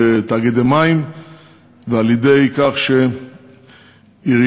תאגידי מים ועל-ידי כך שעיריות